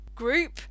group